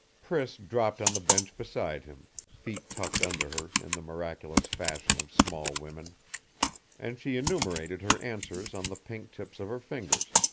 priss dropped on the bench beside him, feet tucked under her in the miraculous fashion of small women and she enumerated her answers on the pink tips of her fingers.